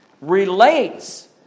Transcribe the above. relates